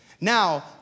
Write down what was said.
Now